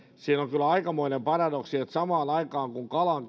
siinä on kyllä aikamoinen paradoksi että kun kalan